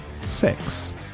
Six